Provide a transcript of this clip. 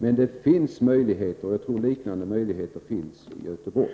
Men det finns möjligheter, och jag tror att liknande möjligheter finns i Göteborg.